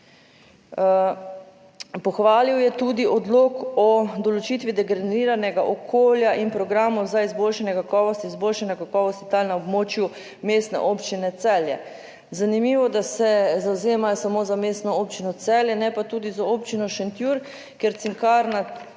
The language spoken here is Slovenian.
Pohvalil je tudi odlok o določitvi degradiranega okolja in programov za izboljšanje kakovosti, izboljšanja kakovosti tal na območju Mestne občine Celje. Zanimivo, da se zavzemajo samo za Mestno občino Celje, ne pa tudi za občino Šentjur, ker Cinkarna